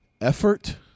effort